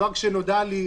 כשנודע לי ,